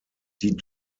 die